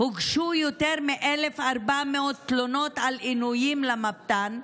הוגשו יותר מ-1,400 תלונות על עינויים למבת"ן,